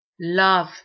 Love